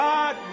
God